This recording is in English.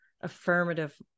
affirmative